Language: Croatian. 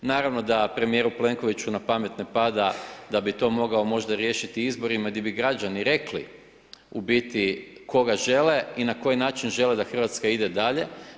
Naravno da Premijeru Plenkoviću na pamet ne pada da bi to mogao možda riješiti izborima gdje bi građani rekli u biti koga žele i na koji način žele da Hrvatska ide dalje.